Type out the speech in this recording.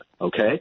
okay